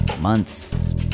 months